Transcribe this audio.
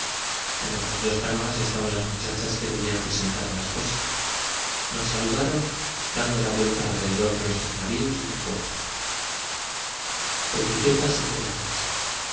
en otras dos canoas estaban las muchachas que debían presentar a la esposa nos saludaron dando la vuelta alrededor de nuestros navios y del puerto etiquetas y ceremonias